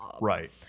Right